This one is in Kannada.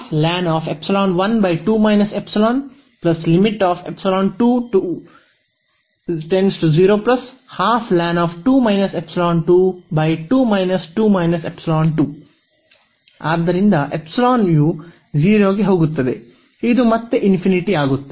ಆದ್ದರಿಂದ ಯು 0 ಗೆ ಹೋಗುತ್ತದೆ ಇದು ಮತ್ತೆ ಆಗುತ್ತಿದೆ